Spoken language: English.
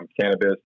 cannabis